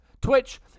Twitch